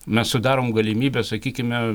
mes sudarom galimybę sakykime